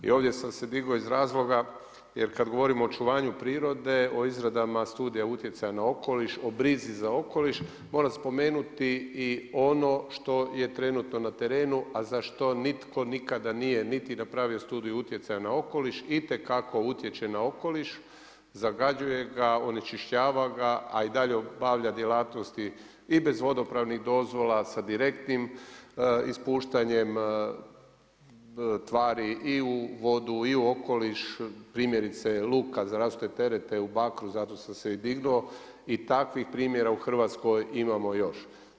I ovdje sam se digo iz razloga jer kada govorimo o očuvanju prirode o izradama studija utjecaja na okoliš, o brizi za okoliš moram spomenuti i ono što je trenutno na terenu, a za što nitko nikada nije niti napravio studiju utjecaja na okoliš itekako utječe na okoliš, zagađuje ga onečišćava ga, a i dalje obavlja djelatnosti i bez vodopravnih dozvola sa direktnim ispuštanjem tvari i u vodu i u okoliš, primjerice luka za različite terete u Bakru, za to sam se i dignuo i takvih primjera u Hrvatskoj imamo još.